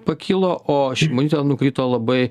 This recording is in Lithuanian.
pakilo o šimonytė nukrito labai